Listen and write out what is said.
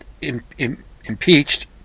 impeached